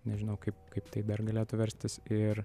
nežinau kaip kaip tai dar galėtų verstis ir